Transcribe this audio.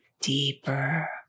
deeper